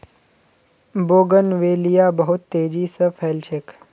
bougainvillea बहुत तेजी स फैल छेक